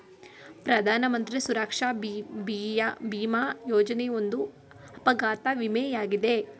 ಪ್ರಧಾನಮಂತ್ರಿ ಸುರಕ್ಷಾ ಭಿಮಾ ಯೋಜನೆ ಒಂದು ಅಪಘಾತ ವಿಮೆ ಯಾಗಿದೆ